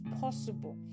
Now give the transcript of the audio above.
possible